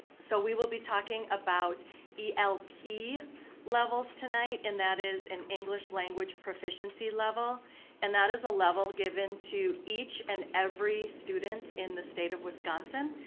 so, we will be talking about elp levels tonight, and that is an english language proficiency level and that is a level given to each and every student in the state of wisconsin.